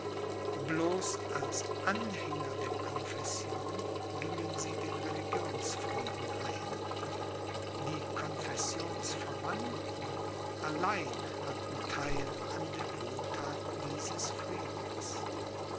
als anhänger der confession gingen sie den religionsfrieden ein die confessionsverwandten allein hatten theil an der wohlthat dieses friedens